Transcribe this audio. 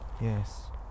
yes